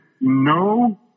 no